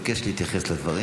ביקש להתייחס לדברים.